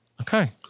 okay